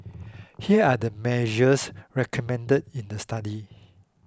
here are the measures recommended in the study